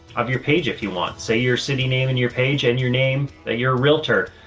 of your page. if you want, say your city name and your page and your name that you're a realtor,